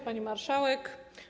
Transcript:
Pani Marszałek!